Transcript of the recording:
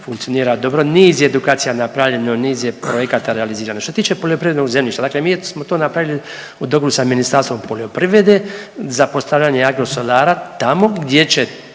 funkcionira dobro, niz edukacija napravljeno, niz je projekata realizirano. Što se tiče poljoprivrednog zemljišta, dakle mi smo to napravili u dogovoru sa Ministarstvom poljoprivrede za postavljanje agrosolara, tamo gdje će